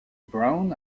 brown